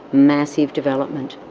massive development.